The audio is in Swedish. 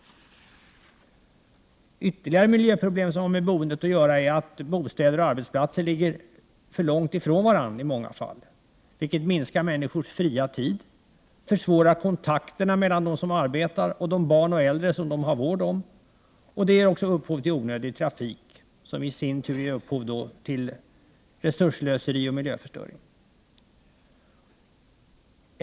Ytterligare miljöproblem som har med boendet att göra är att bostäder och arbetsplatser ligger för långt ifrån varandra, vilket minskar människors fria tid, försvårar kontakterna mellan dem som arbetar och de barn och äldre som de har vård om. Det ger också upphov till onödig trafik som i sin tur ger upphov till resursslöseri och miljöförstöring.